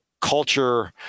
culture